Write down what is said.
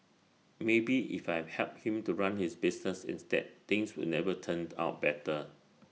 maybe if I helped him to run his business instead things would never turned out better